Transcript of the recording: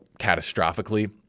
catastrophically